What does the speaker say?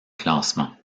classement